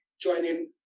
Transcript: joining